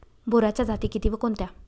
बोराच्या जाती किती व कोणत्या?